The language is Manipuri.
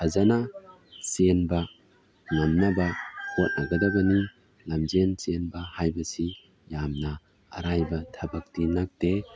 ꯐꯖꯅ ꯆꯦꯟꯕ ꯉꯝꯅꯕ ꯍꯣꯠꯅꯒꯗꯕꯅꯤ ꯂꯝꯖꯦꯟ ꯆꯦꯟꯕ ꯍꯥꯏꯕꯁꯤ ꯌꯥꯝꯅ ꯑꯔꯥꯏꯕ ꯊꯕꯛꯇꯤ ꯅꯠꯇꯦ